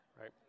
right